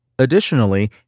Additionally